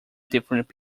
different